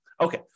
Okay